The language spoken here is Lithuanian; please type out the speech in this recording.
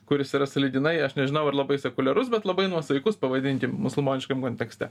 kuris yra sąlyginai aš nežinau ar labai sekuliarus bet labai nuosaikus pavadinkim musulmoniškam kontekste